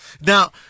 Now